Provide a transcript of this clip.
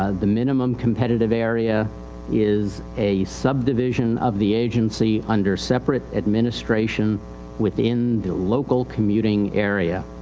ah the minimum competitive area is a sub-division of the agency under separate administration within the local commuting area.